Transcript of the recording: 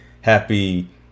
happy